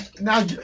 now